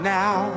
now